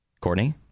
Courtney